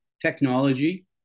Technology